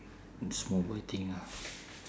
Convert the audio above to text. small boy thing ah